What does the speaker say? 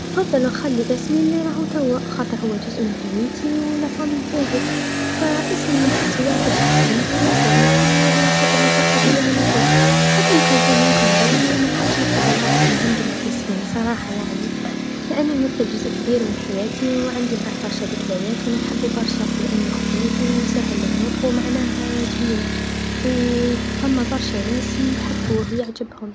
نفضل نخلي اسمي لراهو توا خاطر هو جزء من هويتي و عايله نتاعي، فإسمي نحسو يعكس شخصيتي و تاريخي وهو حاجه مرتابطه بيا ملي زدت، حتى لو كان ممكن نغيرو منحبش نفقد الرابط لعندي مع إسمي صراحه يعني لأني يمثل جزء كبير من حياتي و عندي معاه برشا ذكريات و أنا نحبو برشا لأنو خفيف و ساهل للنطق و معناه زوين و فما برشا ناس يحبو و يعجبهم.